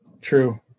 true